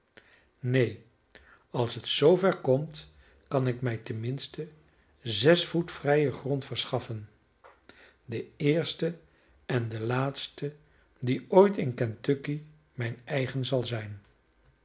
neen als het zoover komt kan ik mij ten minste zes voet vrijen grond verschaffen den eersten en den laatsten die ooit in kentucky mijn eigen zal zijn